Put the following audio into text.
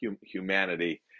humanity